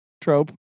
trope